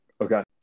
Okay